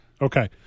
Okay